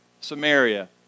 Samaria